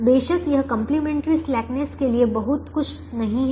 बेशक यह complementary slackness के लिए बहुत कुछ नहीं है